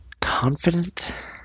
confident